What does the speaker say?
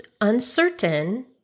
uncertain